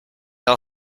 all